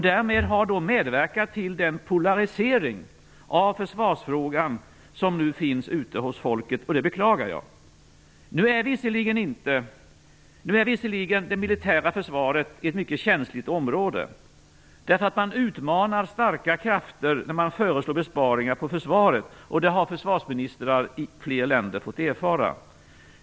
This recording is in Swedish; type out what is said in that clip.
Därmed har de medverkat till den polarisering av försvarsfrågan som nu finns ute hos folket, och det beklagar jag. Nu är visserligen det militära försvaret ett mycket känsligt område. Man utmanar starka krafter när man föreslår besparingar på försvaret, och det har försvarsministrar i fler länder fått erfara.